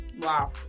Wow